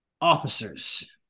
Officers